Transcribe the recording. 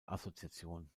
assoziation